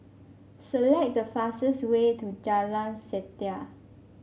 select the fastest way to Jalan Setia